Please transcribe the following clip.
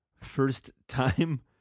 first-time